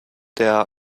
der